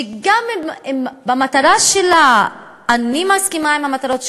שגם אם אני מסכימה עם המטרות שלה,